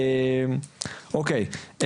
אוקי,